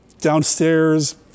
downstairs